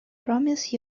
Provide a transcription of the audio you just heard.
promise